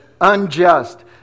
unjust